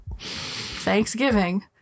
Thanksgiving